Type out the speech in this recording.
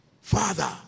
Father